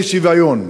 משוויון.